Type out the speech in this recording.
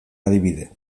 adibide